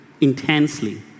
intensely